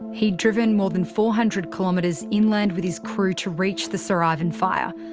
he'd driven more than four hundred kilometres inland with his crew to reach the sir ivan fire.